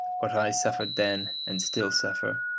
what i suffered then, and still suffer,